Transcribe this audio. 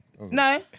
No